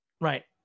right